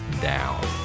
down